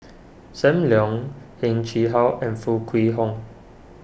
Sam Leong Heng Chee How and Foo Kwee Horng